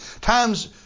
times